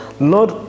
Lord